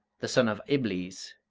the son of iblees?